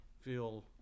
feel